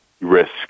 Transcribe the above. risk